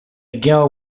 girl